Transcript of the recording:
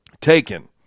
Taken